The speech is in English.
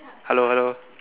hello hello